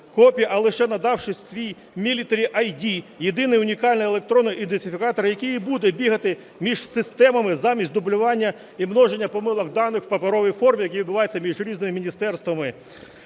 а лише надавши свій Military ID – єдиний унікальний електронний ідентифікатор, який і буде бігати між системами замість дублювання і множення помилок даних у паперовій формі, які відбуваються між різними міністерствами.